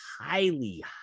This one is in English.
highly